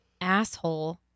asshole